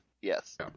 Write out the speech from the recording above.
Yes